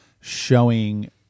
showing